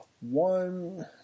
one